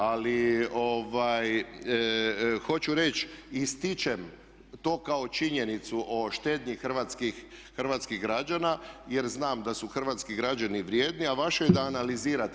Ali hoću reći ističem to kao činjenicu o štednji hrvatskih građana jer znam da su hrvatski građani vrijedni a vaše je da analizirate.